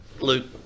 Luke